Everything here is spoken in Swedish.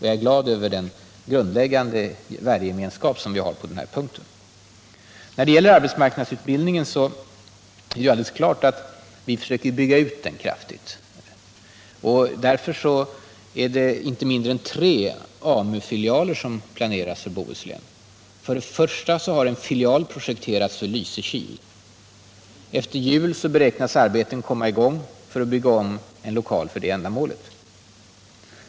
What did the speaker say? Jag är glad över den grundläggande värdegemenskap vi har på den punkten. När det gäller arbetsmarknadsutbildningen är det helt klart att vi för söker bygga ut den kraftigt. Därför planeras inte mindre än tre AMU filialer för Bohuslän. För det första har en filial projekterats för Lysekil. Efter jul beräknas arbetet komma i gång för att bygga om en lokal för det ändamålet.